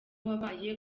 wabaye